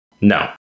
no